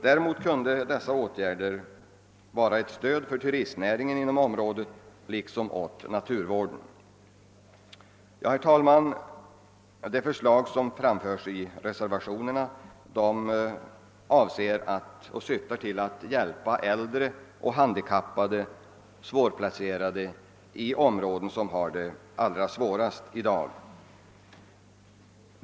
Däremot kunde dessa åtgärder vara ett stöd åt turistnäringen inom området liksom åt naturvården. Herr talman! De förslag som framförs i reservationerna syftar till att hjälpa äldre och handikappade personer som är svårplacerade i de områden där det är mest besvärligt i dag.